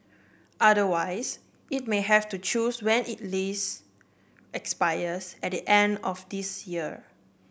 otherwise it may have to close when it lease expires at the end of this year